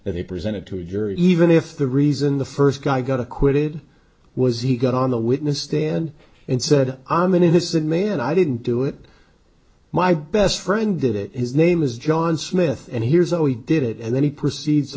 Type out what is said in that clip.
that he presented to your even if the reason the first guy got acquitted was he got on the witness stand and said i'm an innocent man i didn't do it my best friend did it his name is john smith and here's how he did it and then he proceeds to